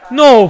no